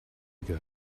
ago